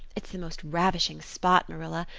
it's the most ravishing spot, marilla.